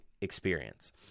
experience